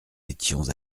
étions